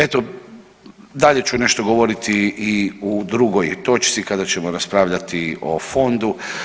Eto dalje ću nešto govoriti i u drugoj točci kada ćemo raspravljati o fondu.